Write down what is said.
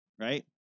right